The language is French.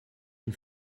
une